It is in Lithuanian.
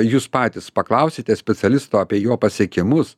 jūs patys paklausite specialisto apie jo pasiekimus